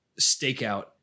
stakeout